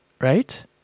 right